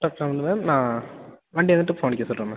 ma'am நான் வண்டி வந்துவிட்டு ஃபோன் அடிக்க சொல்கிறேன் மேம்